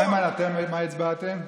איימן, מה הצבעתם?